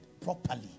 properly